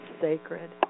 sacred